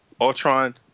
Ultron